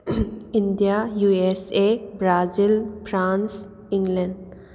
India U S A Brazil France ꯏꯪꯂꯦꯟ